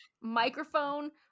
microphone